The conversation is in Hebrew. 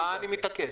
אני מתעקש.